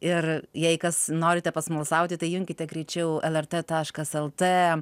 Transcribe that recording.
ir jei kas norite pasmalsauti tai junkite greičiau lrt taškas lt